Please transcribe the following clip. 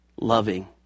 loving